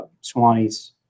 Swanee's